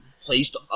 placed